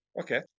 okay